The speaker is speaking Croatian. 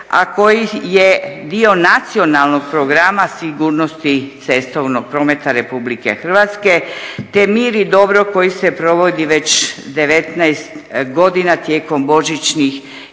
a kojih je dio Nacionalnog programa sigurnosti cestovnog prometa RH, te "Mir i dobro" koji se provodi već 19 godina tijekom božićnih i